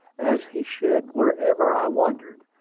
as he should wherever i wandered,